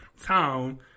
town